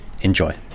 Enjoy